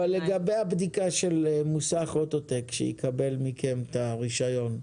לגבי הבדיקה של מוסך אוטו-טק שיקבל מכם את הרישיון,